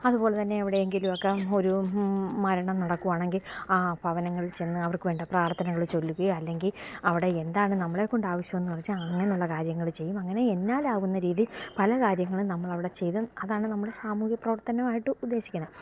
അതുപോലെത്തന്നെ എവിടെയെങ്കിലും ഒക്കെ ഒരു മരണം നടക്കുകയാണെങ്കിൽ ആ ഭവനങ്ങളിൽച്ചെന്ന് അവർക്ക് വേണ്ട പ്രാർത്ഥനകൾ ചൊല്ലുകയോ അല്ലെങ്കിൽ അവിടെ എന്താണ് നമ്മളെക്കൊണ്ട് ആവശ്യം എന്ന് വെച്ചാൽ അങ്ങനെയുള്ള കാര്യങ്ങൾ ചെയ്യും അങ്ങനെ എന്നാൽ ആവുന്ന രീതിയിൽ പല കാര്യങ്ങളും നമ്മൾ അവിടെ ചെയ്ത് അതാണ് നമ്മുടെ സാമൂഹ്യ പ്രവർത്തനമായിട്ട് ഉദ്ദേശിക്കുന്നത്